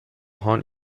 haunt